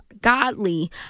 godly